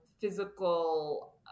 physical